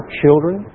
children